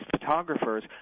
photographers